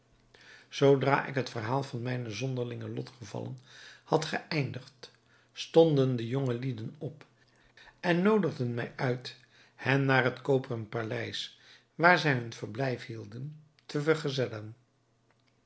zoodra ik het verhaal van mijne zonderlinge lotgevallen had geëindigd stonden de jongelieden op en noodigden mij uit hen naar het koperen paleis waar zij hun verblijf hielden te vergezellen